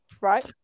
right